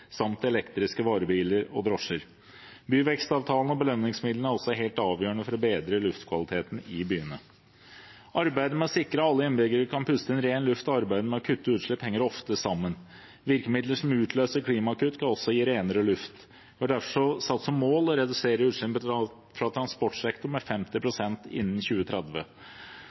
samt elektriske varebiler og drosjer. Byvekstavtalene og belønningsmidlene er også helt avgjørende for å bedre luftkvaliteten i byene. Arbeidet med å sikre at alle innbyggere kan puste inn ren luft og arbeidet med å kutte utslipp henger ofte sammen. Virkemidler som utløser klimakutt, kan også gi renere luft. Vi har som mål å redusere utslippene fra transportsektoren med 50 pst. innen 2030.